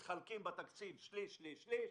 וכולם אמרו: מתחלקים בתקציב שליש שליש שליש.